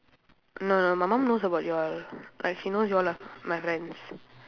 no no my mom knows about you all like she knows you all are my friends